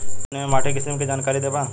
तनि हमें माटी के किसीम के जानकारी देबा?